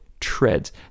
treads